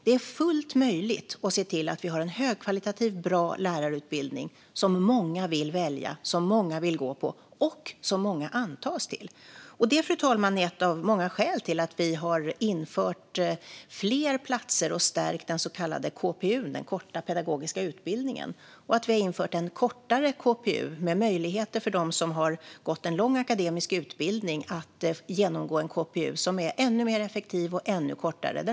Det är fullt möjligt att se till att vi har en högkvalitativ bra lärarutbildning som många vill välja, som många vill gå på och som många antas till. Det, fru talman, är ett av många skäl till att vi har infört fler platser och stärkt den korta pedagogiska utbildningen, KPU, och att vi har infört en kortare KPU med möjligheter för dem som har gått en lång akademisk utbildning att genomgå en KPU som är ännu mer effektiv och ännu kortare.